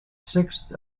sixth